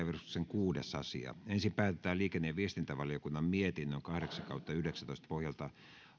kuudes asia ensin päätetään liikenne ja viestintävaliokunnan mietinnön kahdeksan kahdeksan pohjalta